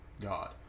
God